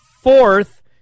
fourth